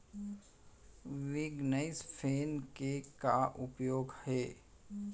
Winnowing fan के का का उपयोग हे?